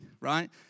right